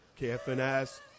KFNS